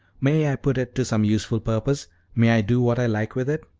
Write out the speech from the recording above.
may i put it to some useful purpose may i do what i like with it?